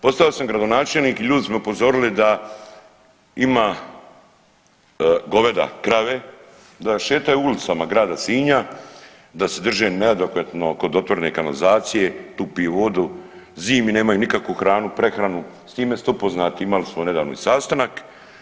Postao sam gradonačelnik i ljudi su me upozorili da ima goveda, krave da šetaju ulicama grada Sinja da se drže neadekvatno kod otvorene kanalizacije, tu piju vodu, zimi nemaju nikakvu hranu, prehranu s time ste upoznati imali smo nedavno i sastanak.